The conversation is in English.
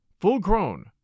full-grown